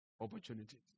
opportunities